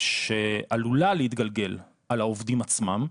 לעלות שעלולה להתגלגל על העובדים עצמם,